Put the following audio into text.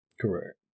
Correct